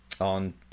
on